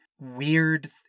weird